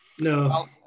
No